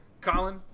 Colin